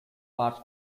parts